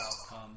outcome